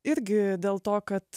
irgi dėl to kad